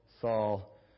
Saul